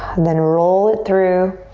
then roll it through.